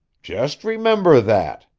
just remember that,